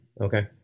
Okay